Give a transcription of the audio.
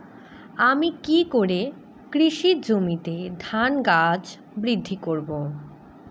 আমি কী করে কৃষি জমিতে ধান গাছ বৃদ্ধি করব?